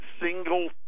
single